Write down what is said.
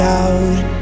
out